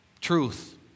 truth